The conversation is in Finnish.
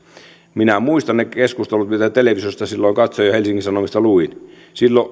minä muistan ne keskustelut mitä televisiosta silloin katsoin ja helsingin sanomista luin silloin